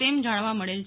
તેમ જાણવા મળેલ છે